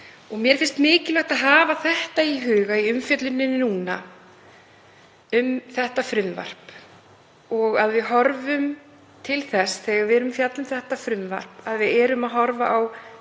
Mér finnst mikilvægt að hafa það í huga í umfjölluninni núna um þetta frumvarp og að við horfum til þess, þegar við erum að fjalla um þetta frumvarp, að við erum að horfa á